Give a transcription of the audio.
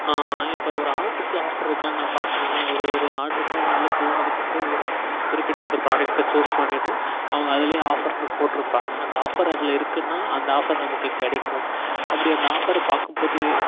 இப்போ ஒரு ஆர்டருக்கு ஆஃபர் இருக்கான்னு நான் பார்க்கணுன்னா ஒரு ஒரு ஆர்டருக்கும் உள்ளே போனதுக்கப்புறம் ஒரு குறிப்பிட்ட ஒரு ப்ராடக்ட்டை சூஸ் பண்ணிவிட்டு அவங்க அதுலேயே ஆஃபருனு போட்டுருப்பாங்க அந்த ஆஃபரு அதில் இருக்குதுன்னா அந்த ஆஃபர் நமக்கு கிடைக்கும் அப்படி அந்த ஆஃபரை பார்க்கும்போது